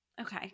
okay